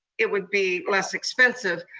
it would be less expensive.